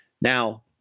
Now